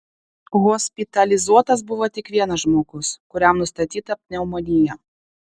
hospitalizuotas buvo tik vienas žmogus kuriam nustatyta pneumonija